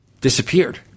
disappeared